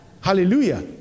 Hallelujah